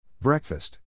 breakfast